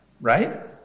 right